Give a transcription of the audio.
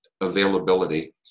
availability